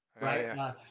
right